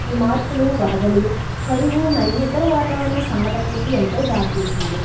ఈ మార్పులు వరదలు కరువు మరియు ఇతర వాతావరణ సంఘటనలకు ఎంతో దారితీసింది